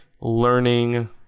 Learning